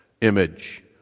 image